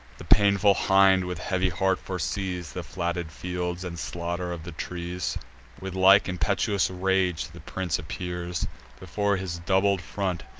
the painful hind with heavy heart foresees the flatted fields, and slaughter of the trees with like impetuous rage the prince appears before his doubled front,